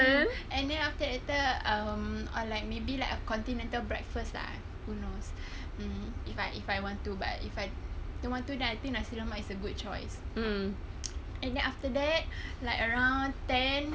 mm and then after that later um or like maybe like a continental breakfast lah who knows mm if I if I want to but if I don't want to then I think nasi lemak is a good choice and then after that like around ten